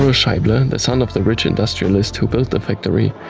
ah scheibler, the son of the rich industrialist who built the factory,